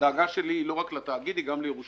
הדאגה שלי היא לא רק לתאגיד אלא גם לירושלים,